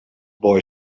boy